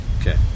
Okay